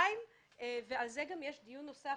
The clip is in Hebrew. דרך אגב, על זה יש גם דיון נוסף